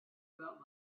about